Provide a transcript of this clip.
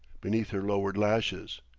beneath her lowered lashes.